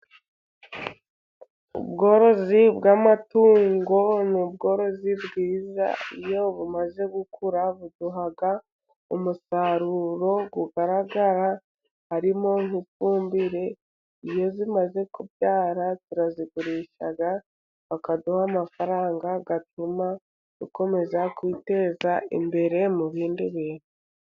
Ubworozi bw'amatungo ni ubworozi bwiza. Iyo bumaze gukura buduha umusaruro ugaragara harimo nk'ifumbire. Iyo zimaze kubyara turazigurisha bakaduha amafaranga, atuma dukomeza kwiteza imbere mu bindi bintu.